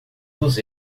dos